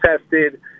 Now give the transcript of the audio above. tested